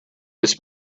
this